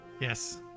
Yes